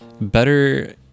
better